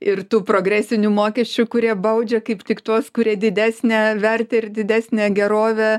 ir tų progresinių mokesčių kurie baudžia kaip tik tuos kurie didesnę vertę ir didesnę gerovę